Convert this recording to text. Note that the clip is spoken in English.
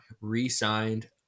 re-signed